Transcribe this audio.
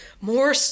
more